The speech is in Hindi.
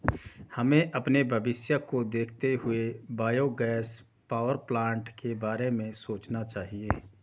हमें अपने भविष्य को देखते हुए बायोगैस पावरप्लांट के बारे में सोचना चाहिए